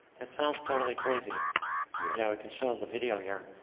it sounds totally crazy. yeah we can show and the video here.